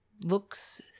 looks